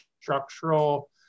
structural